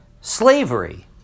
slavery